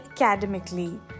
academically